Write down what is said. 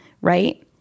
Right